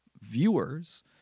viewers